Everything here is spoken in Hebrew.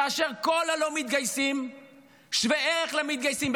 כאשר כל הלא-מתגייסים שווי ערך למתגייסים,